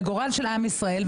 לגורל של עם ישראל,